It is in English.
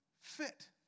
fit